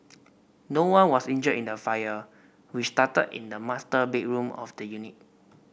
no one was injured in the fire which started in the master bedroom of the unit